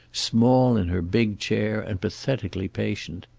small in her big chair and pathetically patient.